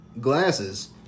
glasses